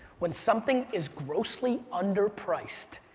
when something is grossly underpriced,